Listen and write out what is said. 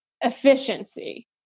efficiency